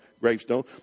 gravestone